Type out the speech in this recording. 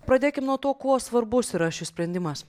pradėkim nuo to kuo svarbus yra šis sprendimas